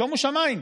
שומו שמיים.